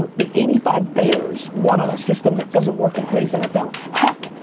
the eighty five bears won on a system that doesn't work in today's nfl. heck,